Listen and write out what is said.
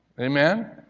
Amen